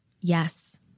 Yes